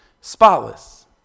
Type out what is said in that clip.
spotless